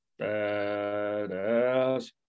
badass